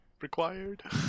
required